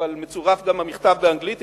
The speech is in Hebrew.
אבל מצורף גם המכתב באנגלית,